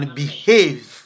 behave